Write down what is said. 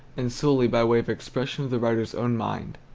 and solely by way of expression of the writer's own mind.